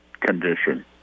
condition